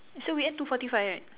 so we end two forty five right